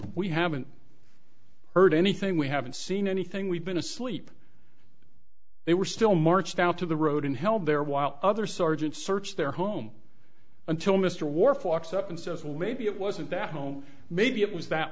we haven't heard anything we haven't seen anything we've been asleep they were still marched out to the road and held there while other sergeants searched their home until mr worf walks up and says well maybe it wasn't that home maybe it was that